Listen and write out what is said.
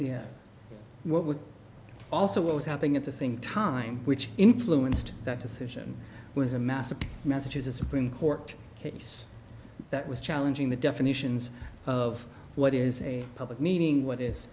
the what was also what was happening at the same time which influenced that decision was a massive massachusetts supreme court case that was challenging the definitions of what is a public meeting what is